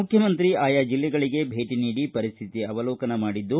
ಮುಖ್ಯಮಂತ್ರಿಗಳು ಆಯಾ ಜಿಲ್ಲೆಗಳಿಗೆ ಭೇಟಿ ನೀಡಿ ಪರಿಸ್ಥಿತಿ ಅವಲೋಕನ ಮಾಡಿದ್ದು